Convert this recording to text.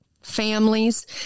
families